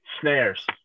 Snares